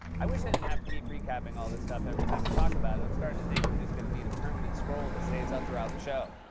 i wish i didn't have to keep recapping all this stuff every time we talk about it. i'm starting to think we're just gonna need a permanent scroll that stays up throughout the show.